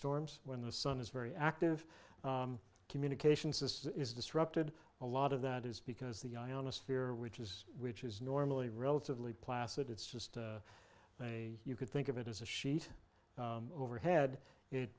storms when the sun is very active communications is disrupted a lot of that is because the i honest fear which is which is normally relatively placid it's just a you could think of it as a sheet overhead it